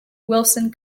wilson